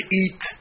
eat